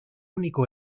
único